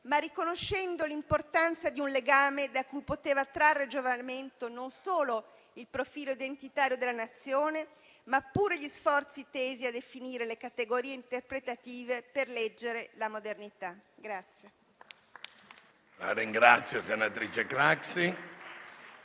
ma riconoscendo l'importanza di un legame da cui poteva trarre giovamento non solo il profilo identitario della Nazione, ma pure gli sforzi tesi a definire le categorie interpretative per leggere la modernità.